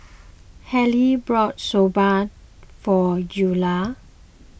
Harlen bought Soba for Eula